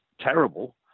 terrible